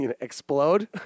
explode